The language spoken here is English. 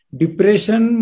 depression